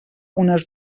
unes